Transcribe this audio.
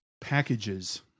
packages